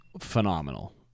phenomenal